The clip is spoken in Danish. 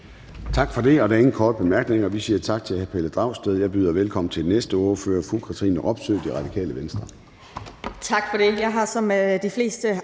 Tak for det. Der er ingen korte bemærkninger, og vi siger tak til hr. Pelle Dragsted. Jeg byder velkommen til næste ordfører, fru Katrine Robsøe, Radikale Venstre.